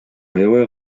аябай